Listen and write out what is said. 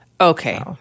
Okay